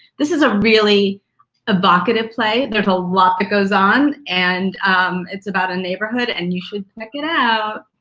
this is a really evocative play, there's a lot that goes on and it's about a neighborhood and you should check it out.